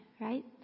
right